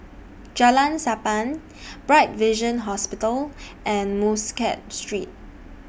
Jalan Sappan Bright Vision Hospital and Muscat Street